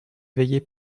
éveillé